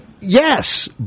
Yes